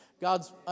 God's